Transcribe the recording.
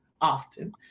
often